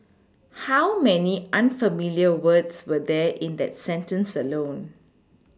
how many unfamiliar words were there in that sentence alone